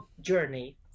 journey